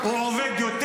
הוא עובד יותר?